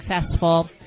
successful